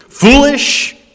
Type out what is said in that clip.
Foolish